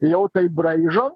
jau taip braižom